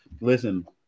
Listen